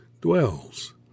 dwells